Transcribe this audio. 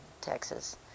Texas